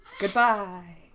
Goodbye